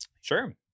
Sure